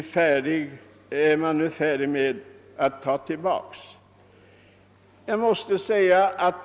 Dessa är man nu i färd med att ta tillbaka.